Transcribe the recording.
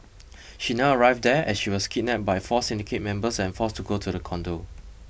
she never arrived there as she was kidnapped by four syndicate members and forced to go to the condo